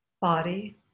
body